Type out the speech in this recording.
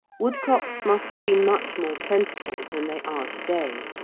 woodcocks must have been much more plentiful than they are to-day.